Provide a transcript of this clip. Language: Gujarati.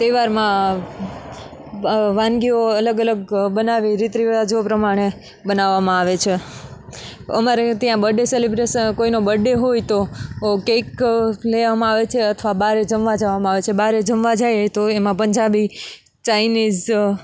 તહેવારમાં વાનગીઓ અલગ અલગ બનાવી રીત રિવાજો પ્રમાણે બનાવવામાં આવે છે અમારે ત્યાં બડ્ડે કોઈનો બડ્ડે હોય તો કેક લઈ આવવામાં આવે છે અથવા બહારે જમવા જવામાં આવે છે બહારે જમવા જઈએ તો એમાં પંજાબી ચાઇનીઝ